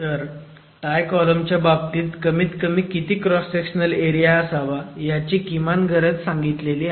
तर tie column च्या बाबतीत कमीत कमी किती क्रॉस सेक्शनल एरिया असावा याची किमान गरज सांगितली आहे